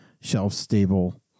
shelf-stable